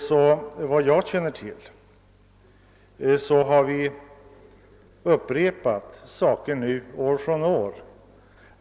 Såvitt jag känner till har vi upprepat våra förslag år från år.